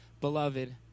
beloved